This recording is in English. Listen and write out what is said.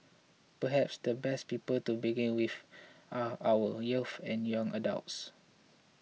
perhaps the best people to begin with are our youths and young adults